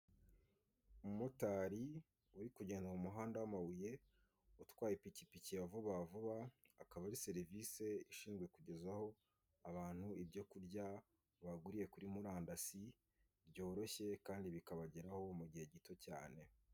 Umumotari uri kugenda mu muhanda w'amabuye, utwaye ipikipiki ya vuba vuba, akaba ari serivisi ishinzwe kugezaho abantu ibyoku kurya baguriye kuri murandasi byoroshye kandi bikabageraho mu gihe gito cyane.